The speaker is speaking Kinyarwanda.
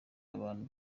abantu